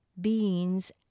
Beans